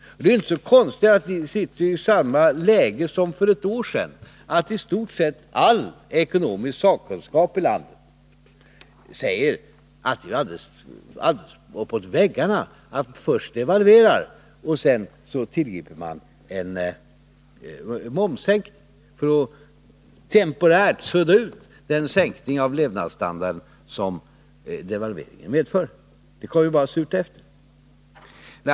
Det är inte så konstigt att vi sitter i samma läge som för ett år sedan, när i stort sett all ekonomisk sakkunskap i landet säger att det är alldeles uppåt väggarna att först devalvera och sedan tillgripa en momssänkning för att temporärt sudda ut den sänkning av levnadsstandarden som devalveringen medför. Det kommer ju bara surt efter.